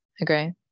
agree